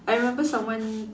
I remember someone